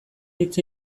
hitz